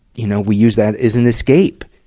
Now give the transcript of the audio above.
you know, we use that as an escape.